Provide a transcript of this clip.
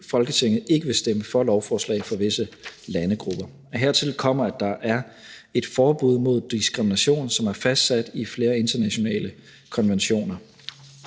Folketinget ikke vil stemme for lovforslag for visse personer fra landegrupper. Hertil kommer, at der er et forbud mod diskrimination, som er fastsat i flere internationale konventioner.